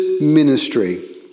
ministry